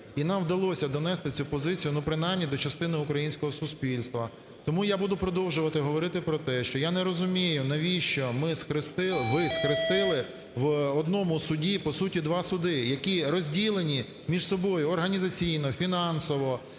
І нам вдалося донести цю позицію, ну, принаймні до частини українського суспільства. Тому я буду продовжувати говорити про те, що я не розумію навіщо ми… ви схрестили в одному суді, по суті, два суди, які розділені між собою організаційно, фінансово,